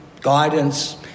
guidance